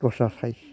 दस्रा साइस